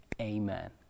Amen